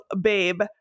babe